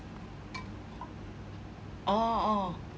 oh oh